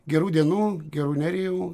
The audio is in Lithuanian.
gerų dienų gerų nerijau